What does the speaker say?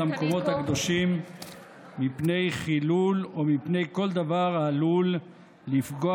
המקומות הקדושים מפני חילול או מפני כל דבר העלול לפגוע